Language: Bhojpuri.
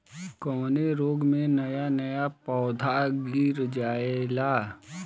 कवने रोग में नया नया पौधा गिर जयेला?